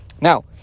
Now